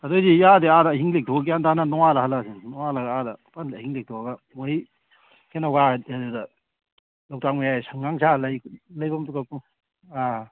ꯑꯗꯨꯑꯣꯏꯗꯤ ꯌꯥꯔꯗꯤ ꯑꯥꯗ ꯑꯍꯤꯡ ꯂꯦꯛꯊꯣꯛꯑꯥꯒ ꯒ꯭ꯌꯥꯟ ꯇꯥꯅ ꯅꯣꯡꯉꯟꯂ ꯍꯟꯂꯛꯑꯁꯤꯅꯦ ꯅꯣꯡꯉꯟꯂꯒ ꯑꯥꯗ ꯐꯖꯅ ꯑꯍꯤꯡ ꯂꯦꯛꯊꯣꯛꯑꯥꯒ ꯃꯣꯏꯒꯤ ꯀꯩꯅꯣꯒ ꯂꯣꯛꯇꯥꯛ ꯃꯌꯥꯏ ꯁꯪꯒ ꯁꯥꯔꯒ ꯂꯩ ꯂꯩꯐꯝꯗꯨꯒꯀꯣ ꯑꯥ